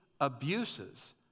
abuses